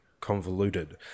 convoluted